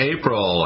April